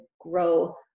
grow